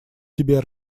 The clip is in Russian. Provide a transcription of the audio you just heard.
тебе